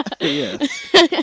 Yes